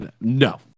no